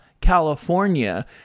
California